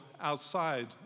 outside